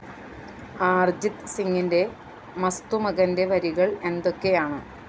അരിജിത് സിങ്ങിന്റെ മസ്ത് മഗന്റെ വരികൾ എന്തൊക്കെയാണ്